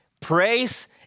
Praise